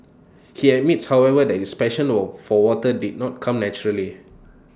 he admits however that his passion of for water did not come naturally